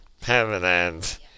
permanent